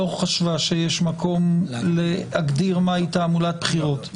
חשבה שיש מקום להגדיר מהי תעמולת בחירות.